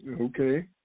Okay